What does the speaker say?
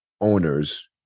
owners